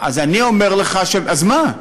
אז אני אומר לך, אז מה?